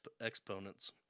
exponents